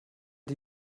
die